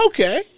Okay